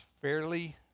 fairly